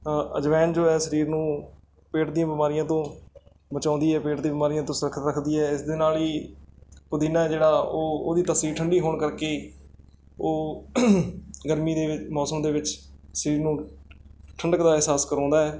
ਅਜਵਾਇਣ ਜੋ ਹੈ ਸਰੀਰ ਨੂੰ ਪੇਟ ਦੀਆਂ ਬਿਮਾਰੀਆਂ ਤੋਂ ਬਚਾਉਂਦੀ ਹੈ ਪੇਟ ਦੀ ਬਿਮਾਰੀਆਂ ਤੋਂ ਸੁਰੱਖਿਅਤ ਰੱਖਦੀ ਹੈ ਇਸ ਦੇ ਨਾਲ ਹੀ ਪੁਦੀਨਾ ਜਿਹੜਾ ਉਹ ਉਹਦੀ ਤਸੀਰ ਠੰਢੀ ਹੋਣ ਕਰਕੇ ਉਹ ਗਰਮੀ ਦੇ ਵਿੱਚ ਮੌਸਮ ਦੇ ਵਿੱਚ ਸਰੀਰ ਨੂੰ ਠੰਢਕ ਦਾ ਅਹਿਸਾਸ ਕਰਾਉਂਦਾ ਹੈ